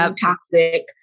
toxic